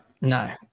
No